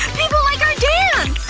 people like our dance!